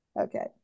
Okay